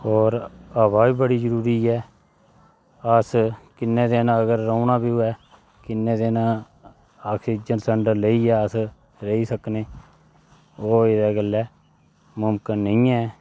होर हवा बी बड़ी जरूरी ऐ असें इन्नै दिन अगर रौह्ना बी होऐ किन्ने दिन अस ऑक्सिजन लेइयै अस रेही सकने ओह् मुमकिन निं ऐ